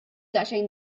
daqsxejn